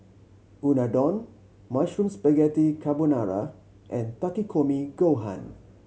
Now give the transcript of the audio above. Unadon Mushroom Spaghetti Carbonara and Takikomi Gohan